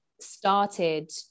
started